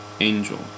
angel